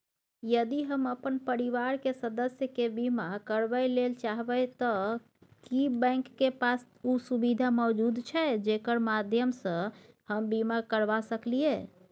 यदि हम अपन परिवार के सदस्य के बीमा करबे ले चाहबे त की बैंक के पास उ सुविधा मौजूद छै जेकर माध्यम सं हम बीमा करबा सकलियै?